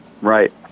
Right